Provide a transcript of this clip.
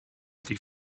die